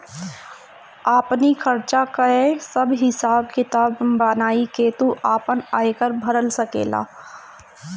आपनी खर्चा कअ सब हिसाब किताब बनाई के तू आपन आयकर भर सकेला